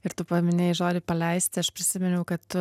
ir tu paminėjai žodį paleisti aš prisiminiau kad tu